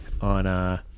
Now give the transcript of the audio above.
on –